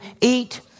eat